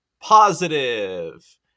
positive